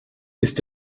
ist